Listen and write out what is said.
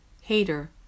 hater